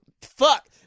Fuck